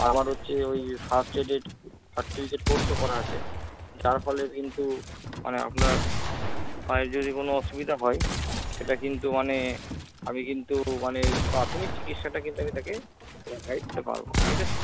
আর আমার হচ্ছে ওই ফাস্টএডের সার্টিফিকেট কোর্সও করা আছে যার ফলে কিন্তু মানে আপনার মায়ের যদি কোনও অসুবিধা হয় সেটা কিন্তু মানে আমি কিন্তু মানে প্রাথমিক চিকিৎসাটা কিন্তু আমি তাকে পারব ঠিক আছে